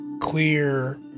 clear